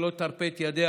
שלא תרפה את ידיה